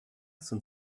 sind